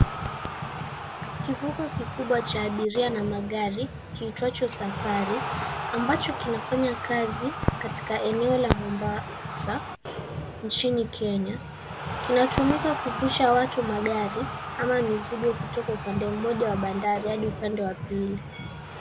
Kivuko kikubwa cha abiria na magari kiitwacho SAFARI ambacho kinafanya kazi katika eneo la Mombasa nchini Kenya kinatumika kuvusha watu, magari ama mizigo kutoka upande mmoja wa bandari hadi upande wa pili.